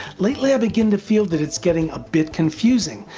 lately i've begun to feel that it's getting a bit confusing,